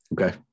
Okay